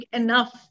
enough